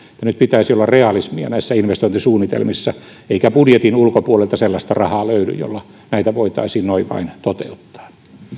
nyt pitäisi olla realismia näissä investointisuunnitelmissa eikä budjetin ulkopuolelta sellaista rahaa löydy jolla näitä voitaisiin noin vain toteuttaa